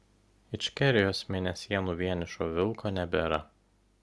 ičkerijos mėnesienų vienišo vilko nebėra